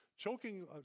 Choking